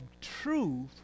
truth